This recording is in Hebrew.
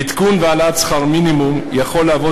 עדכון והעלאת שכר מינימום יכולים להוות